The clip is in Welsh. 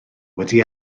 wedi